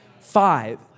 Five